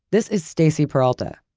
this is stacy peralta,